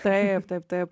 taip taip taip